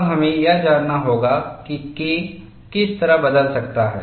अब हमें यह जानना होगा कि K किस तरह बदल सकता है